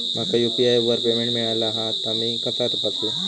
माका यू.पी.आय वर पेमेंट मिळाला हा ता मी कसा तपासू?